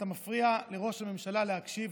אתה מפריע לראש הממשלה להקשיב,